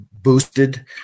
boosted